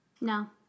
No